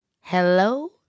hello